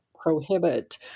prohibit